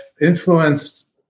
influenced